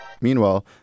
Meanwhile